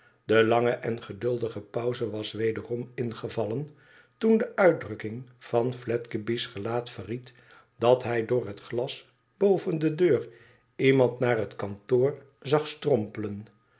de lange en geduldige pauze was wederom ingevallen toen de uitdrukking van fledgeby's gelaat verried dat hij door het glas boven de deur iemand naar het kantoor zag strompelen